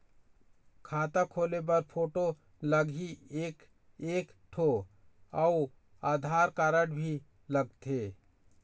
खाता खोले बर फोटो लगही एक एक ठो अउ आधार कारड भी लगथे?